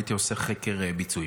הייתי עושה חקר ביצועים.